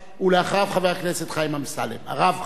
אחריו, חבר הכנסת הרב חיים אמסלם.